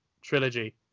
trilogy